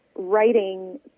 writing